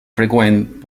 freqüent